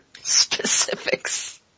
specifics